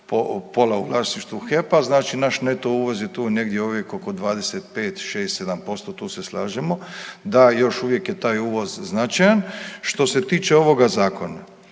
pola u vlasništvu HEP-a, znači naš neto uvoz je tu negdje uvijek oko 25, '6, '7%, tu se slažemo, da još uvijek je taj uvoz značajan. Što se tiče ovoga zakona,